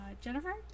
Jennifer